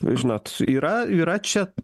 žinot yra yra čia